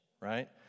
right